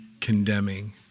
condemning